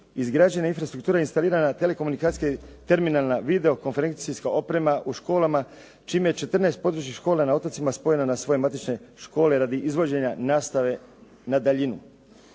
izgrađena infrastruktura je instalirana telekomunikacijska terminalna video konferencijska oprema u školama, čime je 14 područnih škola na otocima spojeno na svoje matične škole radi izvođenja nastave na daljinu.